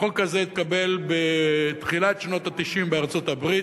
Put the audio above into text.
החוק הזה התקבל בתחילת שנות ה-90 בארצות-הברית,